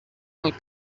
del